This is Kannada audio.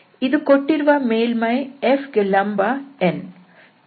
ಇದು ಕೊಟ್ಟಿರುವ ಮೇಲ್ಮೈ f ಗೆ ಲಂಬ n